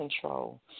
control